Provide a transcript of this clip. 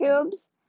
cubes